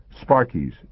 Sparky's